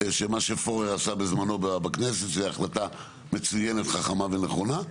שמה שפורר עשה בזמנו בכנסת זו החלטה מצוינת חכמה ונכונה,